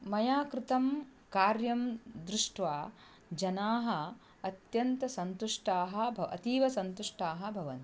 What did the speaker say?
मया कृतं कार्यं दृष्ट्वा जनाः अत्यन्तसन्तुष्टाः भ अतीवसन्तुष्टाः भवन्ति